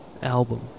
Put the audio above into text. Album